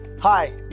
Hi